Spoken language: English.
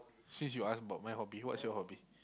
since you ask about my hobby what's your hobby